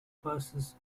passes